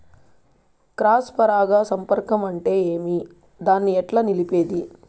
Cross పరాగ సంపర్కం అంటే ఏమి? దాన్ని ఎట్లా నిలిపేది?